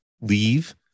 leave